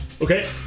Okay